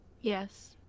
yes